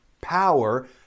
power